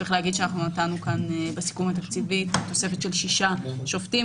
צריך להגיד שאנחנו נתנו כאן בסיכום התקציבי תוספת של שישה שופטים,